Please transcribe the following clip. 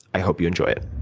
i hope you enjoy it.